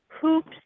hoops